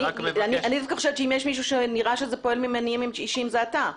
אני חושבת שאם יש מישהו שנראה שפועל ממניעים אישיים זה אתה.